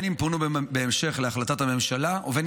בין אם פונו בהמשך להחלטת הממשלה ובין